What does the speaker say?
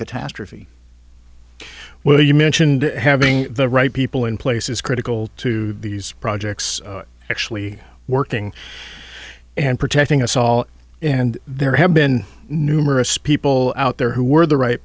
catastrophe where you mentioned having the right people in place is critical to these projects actually working and protecting us all and there have been numerous people out there who were the right